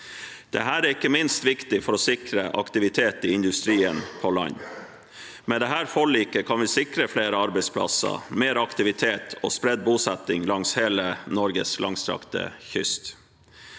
Dette er ikke minst viktig for å sikre aktivitet i industrien på land. Med dette forliket kan vi sikre flere ar beidsplasser, mer aktivitet og spredt bosetting langs hele Norges langstrakte kyst.